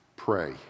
Pray